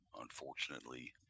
Unfortunately